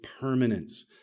permanence